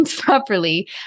properly